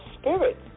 spirit